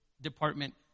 department